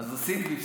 אז עשית והפסקת.